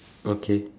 okay